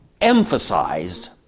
emphasized